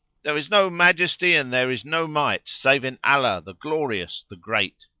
there is no majesty and there is no might save in allah, the glorious, the great!